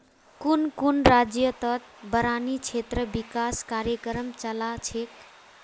कुन कुन राज्यतत बारानी क्षेत्र विकास कार्यक्रम चला छेक